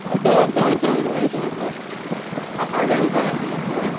हय दवर दवर दवर हय दवर हय फाल्यां येवपाक आशिल्लो हय